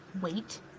wait